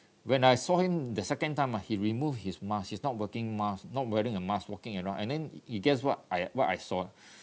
when I saw him the second time ah he removed his mask he's not walking mask not wearing a mask walking around and then you guess what I what I saw ah